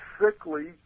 sickly